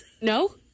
No